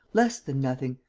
less than nothing.